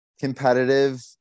competitive